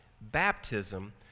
baptism